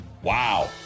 Wow